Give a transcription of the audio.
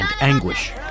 anguish